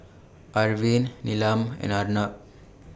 Arvind Neelam and Arnab